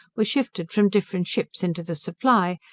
were shifted from different ships into the supply,